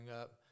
up